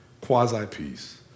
quasi-peace